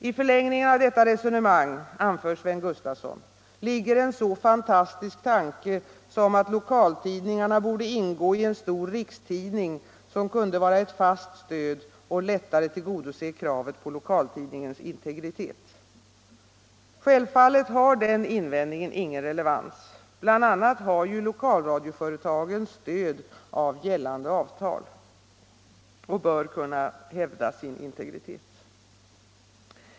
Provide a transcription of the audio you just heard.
”I förlängningen av detta resonemang” — anför Sven Gustafson — ”ligger en så fantastisk tanke som att lokaltidningarna borde ingå i en stor rikstidning, som kunde vara ett fast stöd och lättare tillgodose kravet på lokaltidningens integritet.” Självfallet har denna invändning ingen relevans — bl.a. har ju lokalradioföretagen stöd av gällande avtal och bör kunna hävda sin integritet.